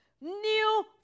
New